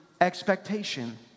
Expectation